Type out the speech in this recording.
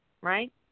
right